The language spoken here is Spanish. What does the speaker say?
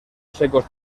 secos